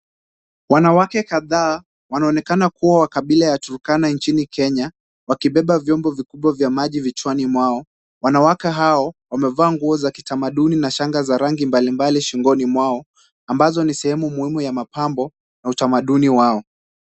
Wanawake kadhaa wanaonekana kuwa kabila la Turkana nchini Kenya, wakibeba vyombo vikubwa vya maji vichwani mwao. Wanawake hao wamevaa nguo za kitamaduni na shanga za rangi mbalimbali shingoni mwao ambazo ni sehemu muhimu ya mapambo na utamaduni wao.